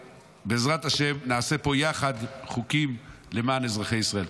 בעזרת השם, נעשה פה יחד חוקים למען אזרחי ישראל.